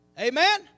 Amen